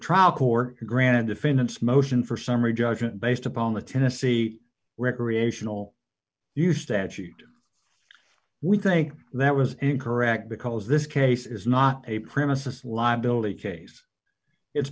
trial court granted defendant's motion for summary judgment based upon the tennessee recreational use statute we think that was incorrect because this case is not a premises liability case it's